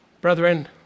Brethren